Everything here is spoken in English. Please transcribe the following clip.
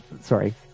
Sorry